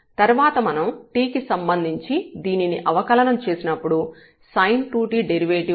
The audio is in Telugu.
తర్వాత మనం t కి సంబంధించి దీనిని అవకలనం చేసినప్పుడు sin2t డెరివేటివ్ cos2t